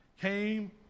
came